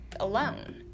Alone